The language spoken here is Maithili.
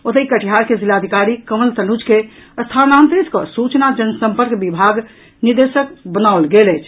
ओतहि कटिहार के जिलाधिकारी कवंल तनुज के स्थानांतरित कऽ सूचना जनसंपर्क विभागक निदेशक बनाओल गेल अछि